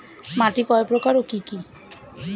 মাটি কয় প্রকার ও কি কি?